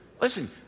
Listen